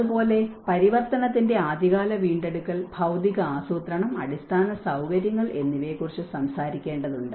അതുപോലെ പരിവർത്തനത്തിന്റെ ആദ്യകാല വീണ്ടെടുക്കൽ ഭൌതിക ആസൂത്രണം അടിസ്ഥാന സൌകര്യങ്ങൾ എന്നിവയെക്കുറിച്ച് സംസാരിക്കേണ്ടതുണ്ട്